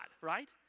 Right